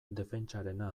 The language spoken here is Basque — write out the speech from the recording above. defentsarena